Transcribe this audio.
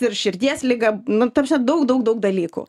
ir širdies liga nu ta prasme daug daug daug dalykų